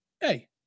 hey